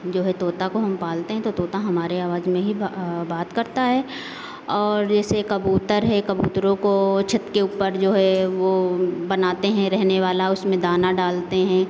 जो है तोता को हम पालते हैं तो तोता हमारे आवाज में ही बात करता है और ऐसे कबूतर है कबूतरों को जो है छत के ऊपर जो है बनाते हैं रहने वाला उसमें दाना डालते हैं